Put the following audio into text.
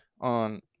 on